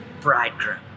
bridegroom